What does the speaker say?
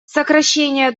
сокращение